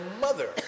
mother